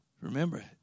Remember